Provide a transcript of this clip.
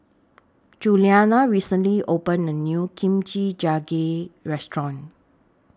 Julianna recently opened A New Kimchi Jjigae Restaurant